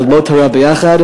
ללמוד תורה ביחד,